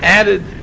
added